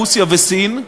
רוסיה וסין,